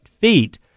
feet